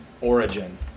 origin